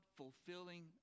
fulfilling